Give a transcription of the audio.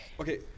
Okay